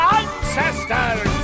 ancestors